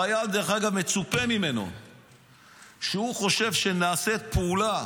חייל, מצופה ממנו שכשהוא חושב שנעשית פעולה